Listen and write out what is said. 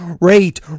rate